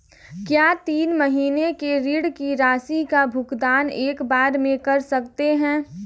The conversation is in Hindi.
क्या तीन महीने के ऋण की राशि का भुगतान एक बार में कर सकते हैं?